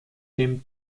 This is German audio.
dem